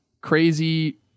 crazy